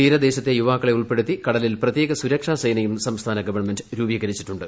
തീരദേശത്തെ യുവാക്കളെ ഉൾപ്പെടുത്തി കടലിൽ പ്രത്യേക സുരക്ഷാ സേനയും സംസ്ഥാന ഗവൺമെന്റ് രൂപീകരി ച്ചിട്ടുണ്ട്